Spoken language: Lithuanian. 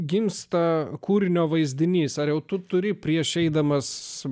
gimsta kūrinio vaizdinys ar tu turi prieš eidamas